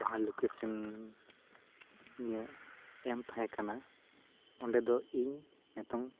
ᱡᱟᱦᱟᱸ ᱞᱳᱠᱮᱥᱮᱱ ᱤᱧᱟ ᱜ ᱮᱢ ᱛᱟᱦᱮᱸᱠᱟᱱᱟ ᱚᱸᱰᱮᱫᱚ ᱤᱧ ᱱᱤᱛᱚᱝ